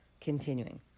Continuing